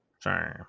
Sorry